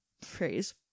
phrase